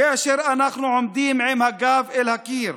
כאשר אנחנו עומדים עם הגב אל הקיר